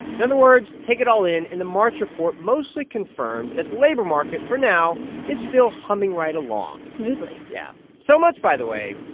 in other words, words, take it all in, and the march report mostly confirmed that the labor market for now is still humming right along smoothly yeah. so much, by the way,